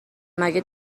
مگه